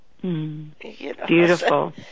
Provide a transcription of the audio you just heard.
Beautiful